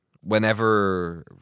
whenever